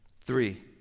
Three